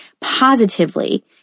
positively